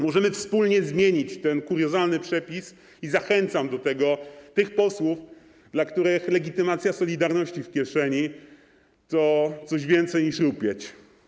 Możemy wspólnie zmienić ten kuriozalny przepis i zachęcam do tego tych posłów, dla których legitymacja „Solidarności” w kieszeni to coś więcej niż rupieć.